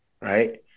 right